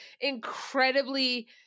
incredibly